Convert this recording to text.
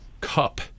cup